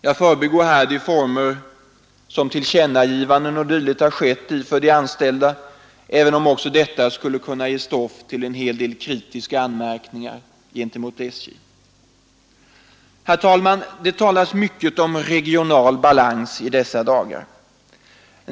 Jag förbigår här de former som tillkännagivanden och dylikt skett i för de anställda, även om detta också skulle kunna ge stoff till en hel del kritiska anmärkningar gentemot SJ. Herr talman! Det talas mycket om regional balans i dessa dagar.